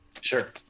Sure